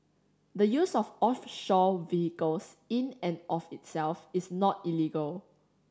the use of offshore vehicles in and of itself is not illegal